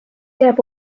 jääb